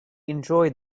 enjoyed